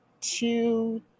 two